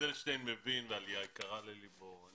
אדלשטיין מבין והעלייה יקרה ללבו.